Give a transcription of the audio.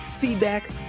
feedback